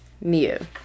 Nia